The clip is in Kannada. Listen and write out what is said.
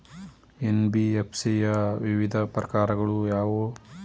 ಎನ್.ಬಿ.ಎಫ್.ಸಿ ಯ ವಿವಿಧ ಪ್ರಕಾರಗಳು ಯಾವುವು?